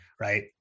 right